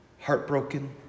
heartbroken